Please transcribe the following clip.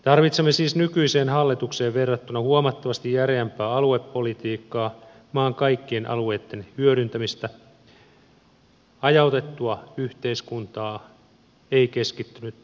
tarvitsemme siis nykyiseen hallitukseen verrattuna huomattavasti järeämpää aluepolitiikkaa maan kaikkien alueitten hyödyntämistä hajautettua yhteiskuntaa ei keskittynyttä yhteiskuntaa